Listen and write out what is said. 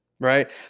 right